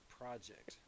Project